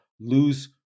lose